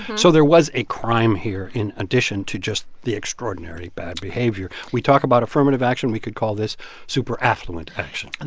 so there was a crime here in addition to just the extraordinary bad behavior. we talk about affirmative action. we could call this super-affluent action the. and,